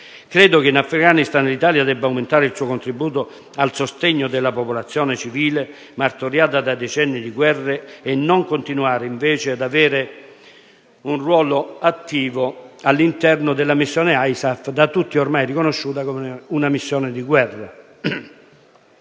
In Afghanistan, l'Italia deve aumentare il suo contributo a sostegno della popolazione civile, martoriata da decenni di guerre, e non continuare invece ad avere un ruolo attivo all'interno della missione ISAF, da tutti ormai riconosciuta come una missione di guerra.